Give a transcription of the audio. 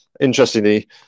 interestingly